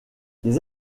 des